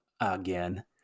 again